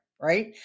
Right